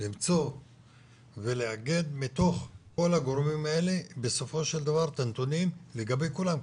למצוא ולאגד מתוך כל הגורמים האלה בסופו של דבר את הנתונים לגבי כולם,